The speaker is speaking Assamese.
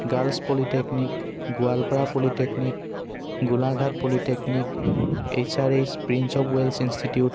girls polytechnic Goalpara polytechnic Golaghat polytechnic H R H prince of Wales institute